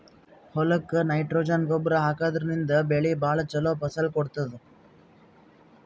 ಹೊಲಕ್ಕ್ ನೈಟ್ರೊಜನ್ ಗೊಬ್ಬರ್ ಹಾಕಿದ್ರಿನ್ದ ಬೆಳಿ ಭಾಳ್ ಛಲೋ ಫಸಲ್ ಕೊಡ್ತದ್